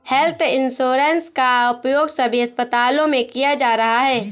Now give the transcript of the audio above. health insurance का उपयोग सभी अस्पतालों में किया जा रहा है